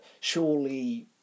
surely